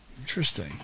Interesting